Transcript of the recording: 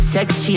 Sexy